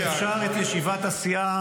אפשר את ישיבת הסיעה